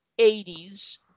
80s